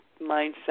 mindset